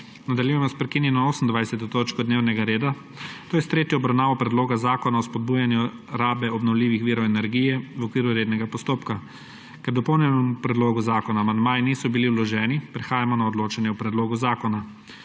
Nadaljujemo s prekinjeno 28. točko dnevnega reda, to je s tretjo obravnavo Predloga zakona o spodbujanju rabe obnovljivih virov energije v okviru rednega postopka. Ker k dopolnjenemu predlogu zakona amandmaji niso bili vloženi, prehajamo na odločanje o predlogu zakona.